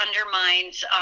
undermines